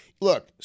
look